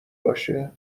باشه